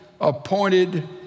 appointed